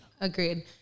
Agreed